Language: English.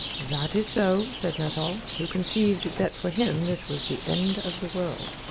that is so, said nuttall, who conceived that for him this was the end of the world.